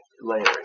layering